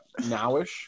Nowish